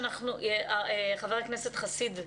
חבר הכנסת חסיד,